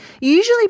usually